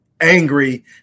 angry